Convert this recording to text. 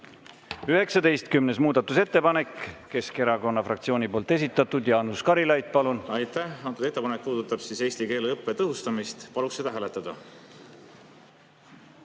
19. muudatusettepanek, [Eesti] Keskerakonna fraktsiooni esitatud. Jaanus Karilaid, palun! Aitäh! Antud ettepanek puudutab eesti keele õppe tõhustamist. Paluks seda hääletada.